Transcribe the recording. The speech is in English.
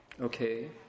Okay